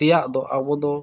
ᱛᱮᱭᱟᱜ ᱫᱚ ᱟᱵᱚ ᱫᱚ